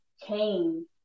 Cain